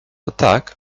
attack